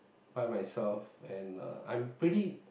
by myself and I'm pretty